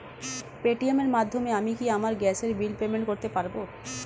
Paytm এর মাধ্যমে আমি কি আমার গ্যাসের বিল পেমেন্ট করতে পারব?